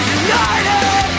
united